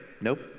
Nope